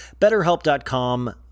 betterhelp.com